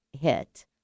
hit